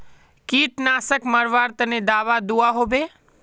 कीटनाशक मरवार तने दाबा दुआहोबे?